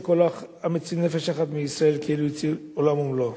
שכל המציל נפש אחת מישראל כאילו הציל עולם ומלואו.